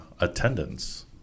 attendance